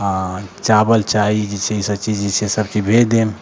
हँ चाबल चाही जे छै ईसब जे छै सब चीज भेज देब